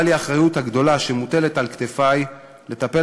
ברורה לי האחריות הגדולה המוטלת על כתפי לטפל